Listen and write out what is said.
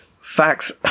facts